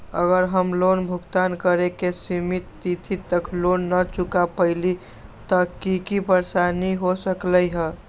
अगर हम लोन भुगतान करे के सिमित तिथि तक लोन न चुका पईली त की की परेशानी हो सकलई ह?